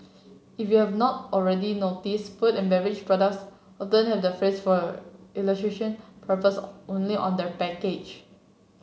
if you have not already noticed food and beverage products often have the phrase for illustration purpose only on their package